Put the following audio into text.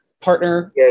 partner